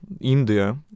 India